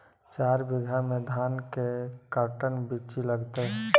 चार बीघा में धन के कर्टन बिच्ची लगतै?